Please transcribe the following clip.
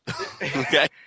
Okay